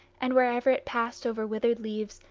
and wherever it passed over withered leaves,